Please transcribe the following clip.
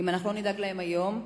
אם לא נדאג להם היום,